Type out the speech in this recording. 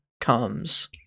comes